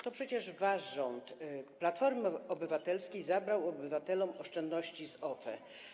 To przecież wasz rząd, Platformy Obywatelskiej, zabrał obywatelom oszczędności z OFE.